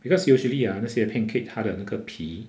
because usually ah 那些 pancake 它的那个皮